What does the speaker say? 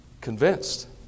Convinced